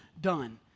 done